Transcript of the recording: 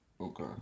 Okay